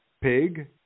pig